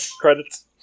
Credits